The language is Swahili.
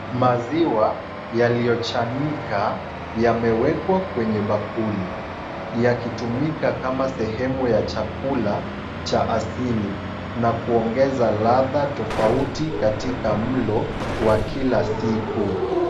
Maziwa yaliyochanika yamewekwa kwenye bakuli, yakitumika kama sehemu ya chakula cha asili na kuongeza ladha tofauti katika mlo wa kila siku.